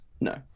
no